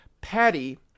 Patty